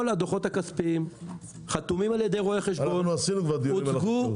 כל הדוחות הכספיים חתומים על ידי רואה חשבון- -- עשינו דיון על זה.